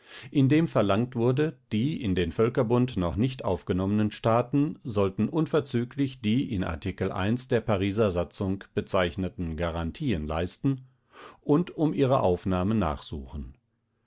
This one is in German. in dem verlangt wurde die in den völkerbund noch nicht aufgenommenen staaten sollten unverzüglich die in artikel einst der pariser satzung bezeichneten garantien leisten und um ihre aufnahme nachsuchen